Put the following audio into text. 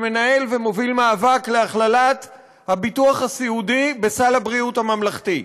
שמנהל ומוביל מאבק להכללת הביטוח הסיעודי בסל הבריאות הממלכתי.